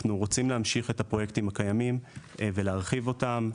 אנחנו רוצים להמשיך את הפרויקטים הקיימים ולהרחיב אותם,